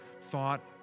thought